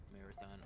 marathon